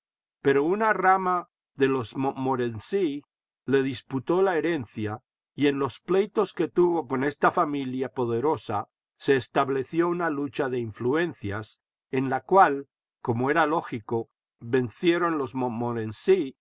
pero una rama de los montmorency les disputó la herencia y en los pleitos que tuvo con esta familia poderosa se estableció una lucha de influencias en la cual como era lógico vencieron los